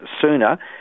sooner